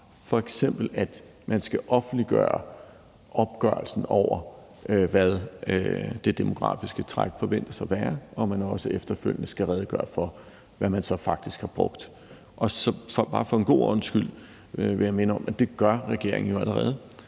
f.eks. at man skal offentliggøre opgørelsen over, hvad det demografiske træk forventes at være, og at man også efterfølgende skal redegøre for, hvad man så faktisk har brugt. Bare for en god ordens skyld vil jeg minde om, at det gør regeringen jo allerede,